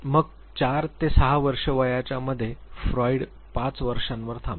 मग ४ ते ६ वर्षे वयाच्या मध्ये फ्रॉइड 5 वर्षांवर थांबले